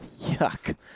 Yuck